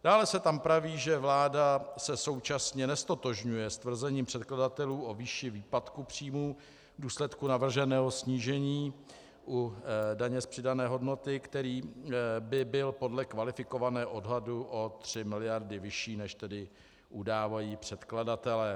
Dále se tam praví, že vláda se současně neztotožňuje s tvrzením předkladatelů o výši výpadku příjmů v důsledku navrženého snížení u daně z přidané hodnoty, který by byl podle kvalifikovaného odhadu o 3 mld. vyšší, než udávají předkladatelé.